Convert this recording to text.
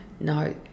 No